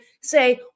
say